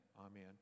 amen